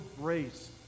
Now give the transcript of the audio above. grace